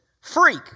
freak